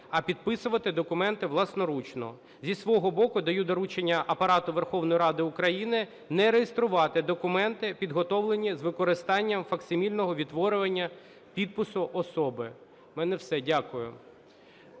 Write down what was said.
а підписувати документи власноручно. Зі свого боку даю доручення Апарату Верховної Ради України не реєструвати документи, підготовлені з використанням факсимільного відтворювання підпису особи. У мене все. Дякую.